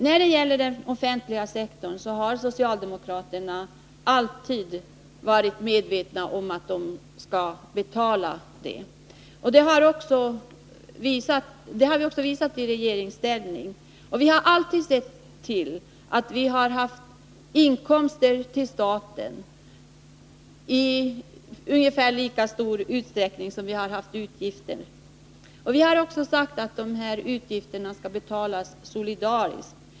När det gäller den offentliga sektorn har socialdemokraterna alltid varit medvetna om betalningen. Socialdemokraterna har också visat detta i regeringsställning. Vi har alltid sett till att staten fått inkomster som ungefär motsvarar utgifterna. Socialdemokraterna har också sagt att utgifterna skall betalas solidariskt.